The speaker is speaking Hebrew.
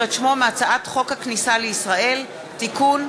את שמו מהצעת חוק הכניסה לישראל (תיקון,